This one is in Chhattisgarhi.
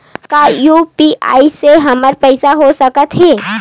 का यू.पी.आई से हमर पईसा हो सकत हे?